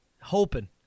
hoping